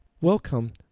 Welcome